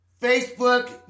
Facebook